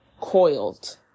coiled